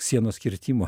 sienos kirtimo